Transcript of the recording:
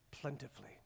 plentifully